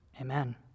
amen